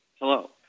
Hello